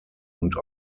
und